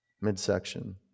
midsection